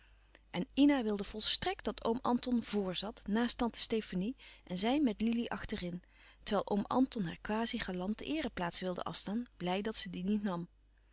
en ina wilde volstrekt dat oom anton vor zat naast tante stefanie en zij met lili achterin terwijl oom anton haar quasi galant de eereplaats wilde afstaan blij dat ze die niet nam